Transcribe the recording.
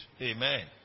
Amen